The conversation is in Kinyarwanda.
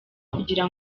kugira